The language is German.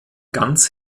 ganz